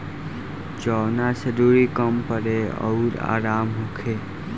जवना से दुरी कम पड़े अउर आराम होखे